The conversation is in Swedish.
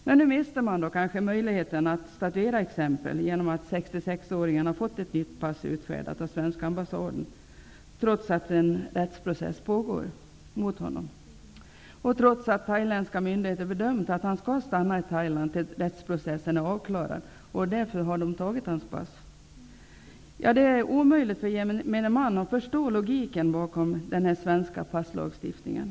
Men man missade kanske möjligheten att statuera exempel genom att 66-åringen har fått ett nytt pass utfärdat av svenska ambassaden, trots att en rättsprocess mot honom pågår och trots att thailändska myndigheter har gjort bedömningen att han skall stanna i Thailand till dess att rättsprocessen är avklarad. Därför har de tagit hans pass. Det är omöjligt för gemene man att förstå logiken bakom den svenska passlagstiftningen.